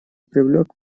привлек